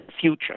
future